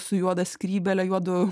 su juoda skrybėle juodu